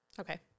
Okay